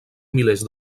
milers